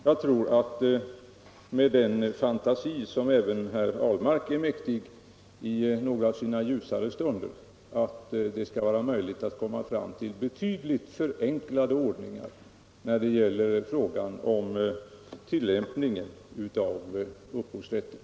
Jag tror att med den fantasi som även herr Ahlmark är mäktig i sina ljusare stunder det skall bli möjligt att komma fram till betydligt förenklade ordningar när det gäller frågan om tillämpningen av upphovsrätten.